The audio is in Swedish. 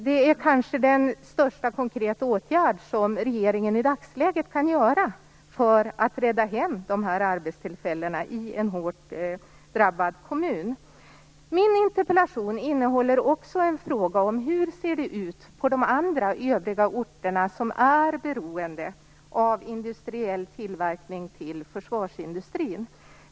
Det är kanske den största konkreta åtgärd som regeringen i dagsläget kan vidta för att rädda arbetstillfällen i en hårt drabbad kommun. Min interpellation innehåller också en fråga om hur det ser ut på övriga orter som är beroende av industriell tillverkning till försvarsindustrin.